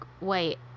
wait